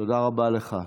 תודה רבה לך.